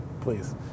please